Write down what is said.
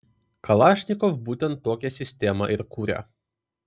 kalašnikov būtent tokią sistemą ir kuria